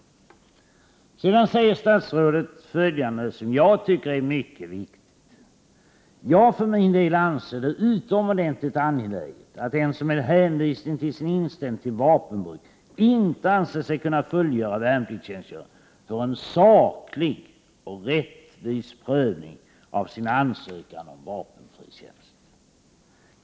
Sedan säger statsrådet följande, som jag tycker är mycket viktigt: ”Jag för min del anser det utomordentligt angeläget att den som med hänvisning till sin inställning till vapenbruk inte anser sig kunna fullgöra värnpliktstjänstgöring får en saklig och rättvis prövning av sin ansökan om vapenfri tjänst.